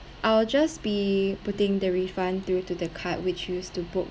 I'll just be putting the refund through to the card which you use to book